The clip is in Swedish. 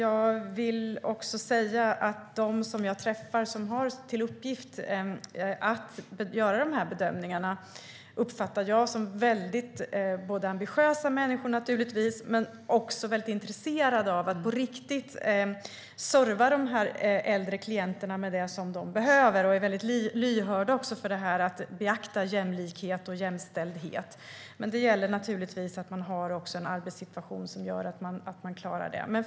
De människor som jag har träffat som har till uppgift att göra bedömningarna uppfattar jag som mycket ambitiösa och intresserade av att på riktigt serva de äldre klienterna med vad de behöver. De är lyhörda för att beakta jämlikhet och jämställdhet. Det gäller naturligtvis att ha en arbetssituation som gör att man klarar detta.